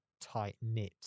tight-knit